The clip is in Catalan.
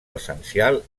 essencial